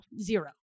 zero